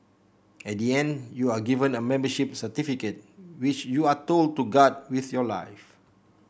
at the end you are given a membership certificate which you are told to guard with your life